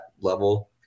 level